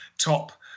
top